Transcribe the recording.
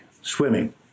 swimming